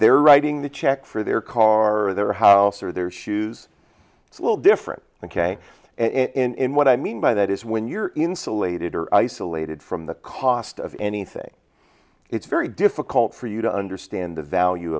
they're writing the check for their car or their house or their shoes it's a little different ok in what i mean by that is when you're insulated or isolated from the cost of anything it's very difficult for you to understand the value